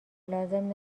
لازم